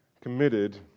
committed